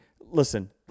listen